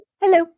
Hello